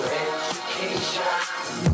education